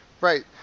Right